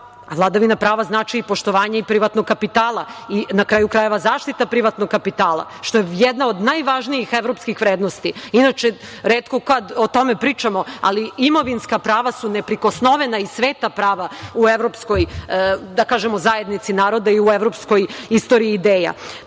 Vladavina prava znači i poštovanje privatnog kapitala i, na kraju krajeva, zaštita privatnog kapitala, što je jedna od najvažnijih evropskih vrednosti. Inače, retko kad o tome pričamo, ali imovinska prava su neprikosnovena i sveta prava u evropskoj, da kažemo, zajednici naroda i u evropskoj istoriji ideja. Prema